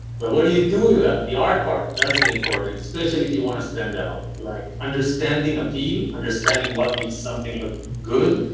but what do you you do with that? the art part, that's the important, especially if you want to stand out, like understanding appeal, understanding what makes something look good.